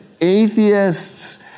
atheists